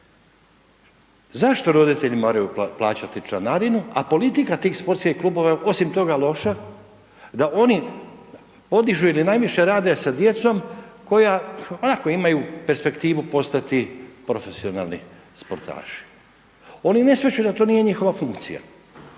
zašto roditelji moraju plaćati članarinu, a politika tih sportskih klubova je osim toga loša, da oni podižu ili najviše rade sa djecom koja onako imaju perspektivu postati profesionalni sportaši. Oni ne shvaćaju da to nije njihova funkcija,